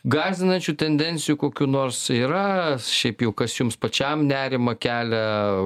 gąsdinančių tendencijų kokių nors yra šiaip jau kas jums pačiam nerimą kelia